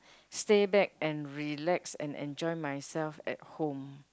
stay back and relax and enjoy myself at home